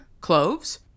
Cloves